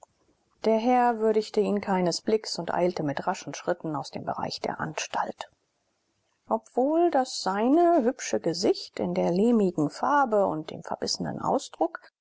der herr würdigt ihn keines blicks und eilt mit raschen schritten aus dem bereich der anstalt obwohl das seine hübsche gesicht in der lehmigen farbe und dem verbissenen ausdruck